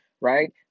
right